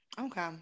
Okay